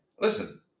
listen